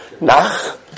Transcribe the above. Nach